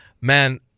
man